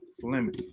Fleming